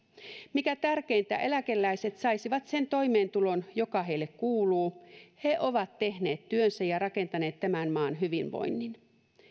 mikä tärkeintä eläkeläiset saisivat sen toimeentulon joka heille kuuluu he ovat tehneet työnsä ja rakentaneet tämän maan hyvinvoinnin